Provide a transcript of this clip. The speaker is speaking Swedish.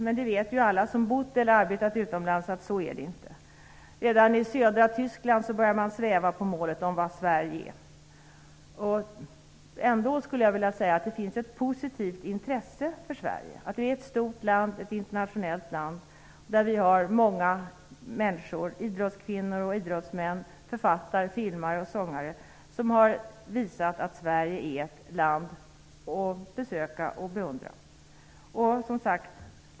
Men alla som bott eller arbetat utomlands vet att det inte är så. Redan i södra Tyskland börjar man sväva på målet om vad Sverige är. Ändå finns det ett positivt intresse för Sverige. Det är ett stort land internationellt. Vi har många idrottskvinnor, idrottsmän, författare, filmare och sångare som har visat att Sverige är ett land att besöka och beundra.